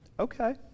okay